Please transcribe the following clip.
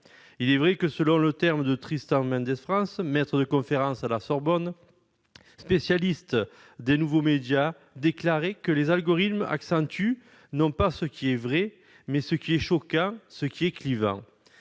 reprendre un propos de Tristan Mendès France, maître de conférences à la Sorbonne, spécialiste des nouveaux médias, « les algorithmes accentuent, non pas ce qui est vrai, mais ce qui est choquant, ce qui est clivant